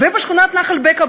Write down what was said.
ובשכונת נחל-בקע,